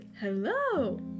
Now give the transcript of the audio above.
hello